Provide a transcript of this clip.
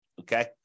okay